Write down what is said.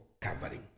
covering